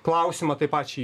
klausimą tai pačiai